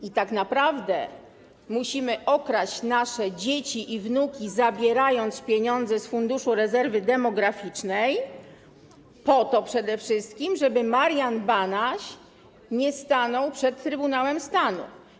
I tak naprawdę musimy okraść nasze dzieci i wnuki, zabierając pieniądze z Funduszu Rezerwy Demograficznej, po to przede wszystkim, żeby Marian Banaś nie stanął przed Trybunałem Stanu.